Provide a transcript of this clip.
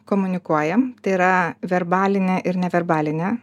komunikuojam tai yra verbalinė ir neverbalinė